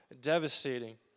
devastating